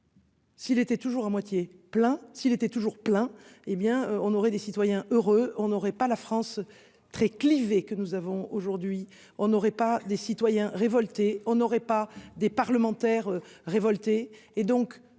s'il était toujours plein. Hé bien on aurait des citoyens heureux on aurait pas la France très clivée que nous avons aujourd'hui, on aurait pas des citoyens révoltés, on aurait pas des parlementaires révolté